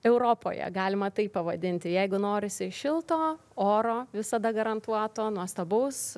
europoje galima taip pavadinti jeigu norisi šilto oro visada garantuoto nuostabaus